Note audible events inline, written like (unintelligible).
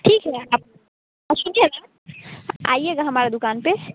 ठीक है आप (unintelligible) आइएगा हमारे दुकान पर